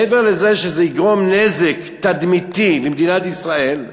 מעבר לזה שזה יגרום נזק תדמיתי למדינת ישראל,